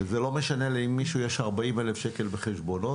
זה לא משנה אם למישהו יש 40,000 שקלים בחשבונות,